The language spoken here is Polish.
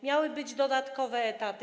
Miały być dodatkowe etaty.